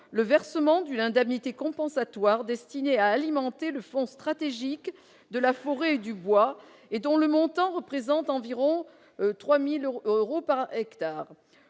le versement d'une indemnité compensatoire, destinée à alimenter le Fonds stratégique de la forêt et du bois et dont le montant représente environ 3 000 euros par hectare.